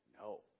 No